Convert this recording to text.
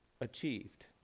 achieved